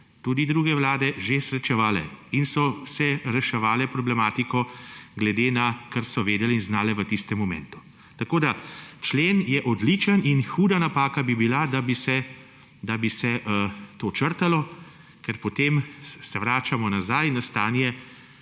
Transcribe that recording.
tudi druge vlade, že srečevale in so vse reševale problematiko glede na to, kar so vedele in znale v tistem momentu. Tako je člen odličen in huda napaka bi bila, da bi se to črtalo, ker potem se vračamo nazaj na stanje,